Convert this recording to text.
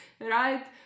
right